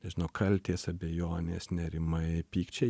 nežinau kaltės abejonės nerimai pykčiai